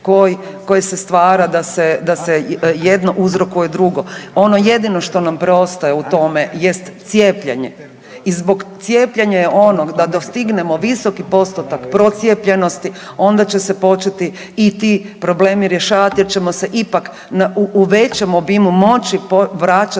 koji se stvara da se jedno uzrokuje drugo. Ono jedino što nam preostaje u tome jest cijepljenje i zbog cijepljenja i onog dostignemo visoki postotak procijepljenosti onda će se početi i ti problemi rješavati jer ćemo se ipak u većem obimu moći vraćati